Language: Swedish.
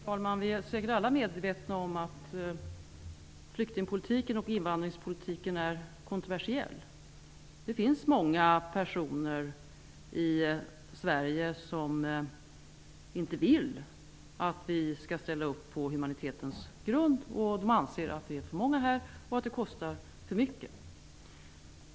Herr talman! Vi är säkert alla medvetna om att flyktingpolitiken och invandringspolitiken är kontroversiell. Det finns många personer i Sverige som inte vill att vi skall ställa upp på humanitetens grund. De anser att det finns för många här och att det kostar för mycket.